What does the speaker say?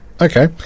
Okay